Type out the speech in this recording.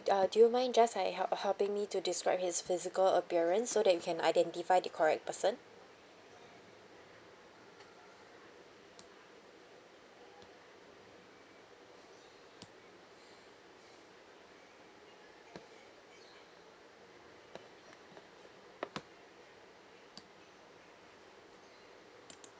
uh do you mind just like help helping me to describe his physical appearance so that we can identify the correct person